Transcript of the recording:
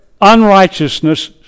unrighteousness